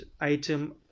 item